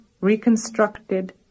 reconstructed